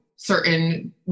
certain